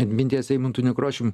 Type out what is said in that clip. atminties eimantu nekrošium